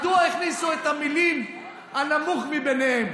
מדוע הכניסו את המילים "הנמוך מביניהם"?